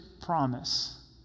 promise